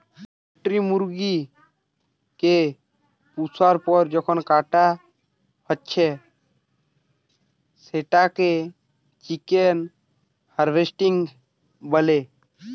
poultry মুরগি কে পুষার পর যখন কাটা হচ্ছে সেটাকে চিকেন হার্ভেস্টিং বলে